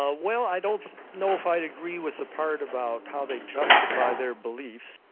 ah well i don't know if i'd agree with the part about how they justify their beliefs.